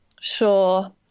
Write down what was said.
Sure